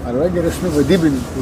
ar yra geresnių vadybininkų